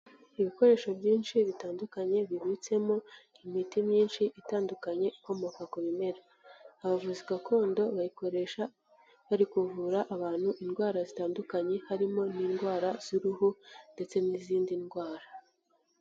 Ibikoresho byinshi bitandukanye bibitsemo imiti myinshi itandukanye ikomoka ku bimera. Abavuzi gakondo bayikoresha bari kuvura abantu indwara zitandukanye, harimo n'indwara z'uruhu ndetse n'izindi ndwara.